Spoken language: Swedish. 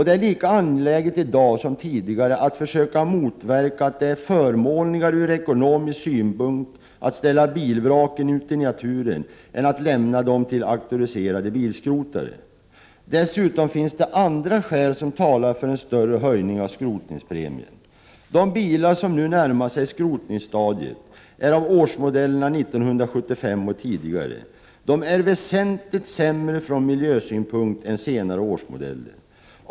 Det är lika angeläget i dag som tidigare att försöka motverka att det är förmånligare ur ekonomisk synpunkt att ställa bilvraken ute i naturen än att lämna dem till auktoriserade bilskrotare. Dessutom finns det andra skäl som talar för en större höjning av skrotningspremien. De bilar som nu närmar sig skrotningsstadiet är av årsmodellerna 1975 och äldre. De är väsentligt sämre från miljösynpunkt än senare årsmodeller.